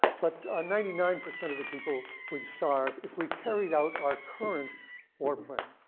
but ah ninety nine percent of the people would starve if we carried out our current war plan.